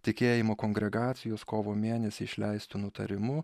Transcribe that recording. tikėjimo kongregacijos kovo mėnesį išleistu nutarimu